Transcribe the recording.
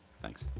thanks.